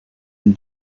une